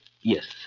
Yes